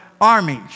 armies